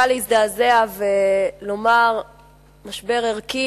קל להזדעזע ולומר "משבר ערכי".